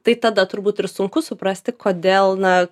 tai tada turbūt ir sunku suprasti kodėl na